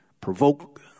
provoke